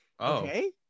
Okay